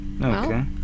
Okay